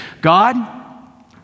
God